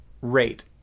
rate